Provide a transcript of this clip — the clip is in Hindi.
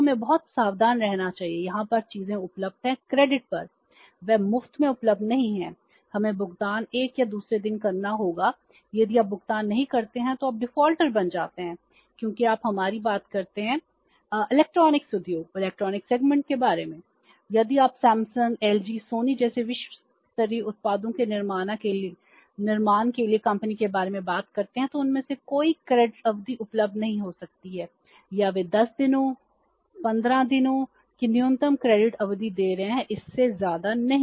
तो हमें बहुत सावधान रहना चाहिए यहां पर चीजें उपलब्ध हैं क्रेडिट उपलब्ध नहीं हो सकती है या वे 10 दिनों 15 दिनों की न्यूनतम क्रेडिट अवधि दे रहे हैं इससे ज्यादा नहीं